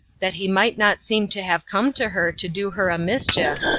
that he might not seem to have come to her to do her a mischief,